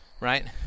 right